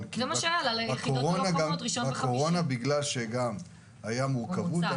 גם בגלל שהייתה מורכבות,